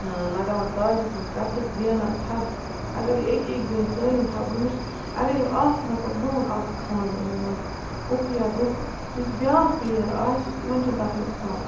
لگاوان تاجَس منٛز کَتٕر زینان ٹھَبہٕ اگر یہِ اَکہِ اَکہِ زَنہِ سٲلِم ٹھَبہٕ ہُمش اگر یِم اکھ مَطلَب زوٗن اَکھ خانہٕ یِمو منٛز اُکہٕ یا دُکہٕ یُس بیٛاکھ پٕلیَر آسہِ تِمَن چھِنہٕ تَتھ منٛز آسان